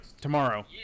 tomorrow